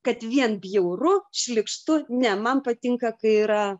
kad vien bjauru šlykštu ne man patinka kai yra